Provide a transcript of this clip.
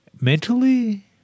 Mentally